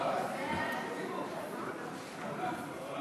ההצעה להעביר את הצעת חוק לתיקון פקודת